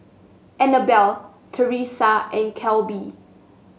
Anabelle Theresa and Kelby